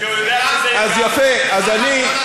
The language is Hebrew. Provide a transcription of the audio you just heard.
כי הוא יודע שזה יפגע בו.